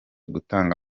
gutanga